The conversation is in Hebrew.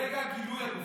ברגע גילוי הגופה.